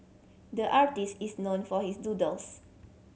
the artist is known for his doodles